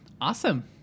Awesome